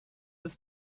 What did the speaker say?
ist